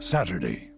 Saturday